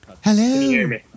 Hello